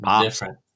different